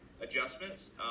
adjustments